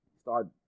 Start